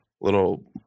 little